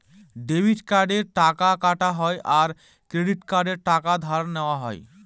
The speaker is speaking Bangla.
ডেবিট কার্ডে টাকা কাটা হয় আর ক্রেডিট কার্ডে টাকা ধার নেওয়া হয়